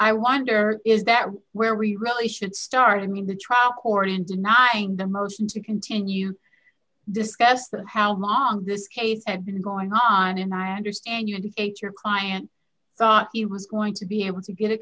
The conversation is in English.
i wonder is that where we really should start of me in the trial court in denying the motion to continue discuss the how mog this case had been going on and i understand you indicate your client thought he was going to be able to get a